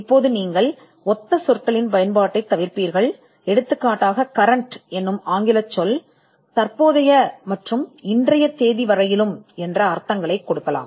இப்போது நீங்கள் உடனடிக்கான ஒத்த சொற்களைத் தவிர்ப்பீர்கள் நடப்பு என்பது நிகழ்காலம் அல்லது தேதி வரை குறிக்கலாம்